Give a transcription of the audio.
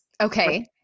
Okay